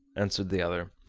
answered the other.